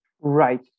Right